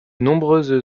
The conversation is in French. nombreuses